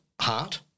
heart